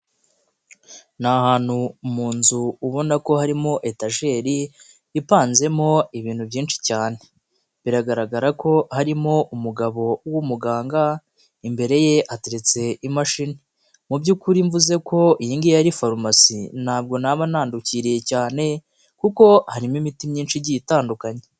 Ni ahantu mu nzu ubona ko harimo etajeri ipanzemo ibintu byinshi cyane, biragaragara ko harimo umugabo w'umuganga imbere ye ateretse imashini. Mu by'ukuri mvuze ko iyi ngiyi ari farumasi ntabwo naba ntandukiriye cyane, kuko harimo imiti myinshi igiye itandukanye.